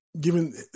Given